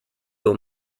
will